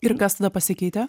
ir kas tada pasikeitė